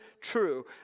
true